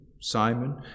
Simon